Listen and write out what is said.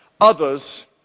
others